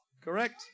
Correct